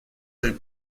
del